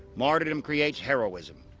martyrdom creates heroism.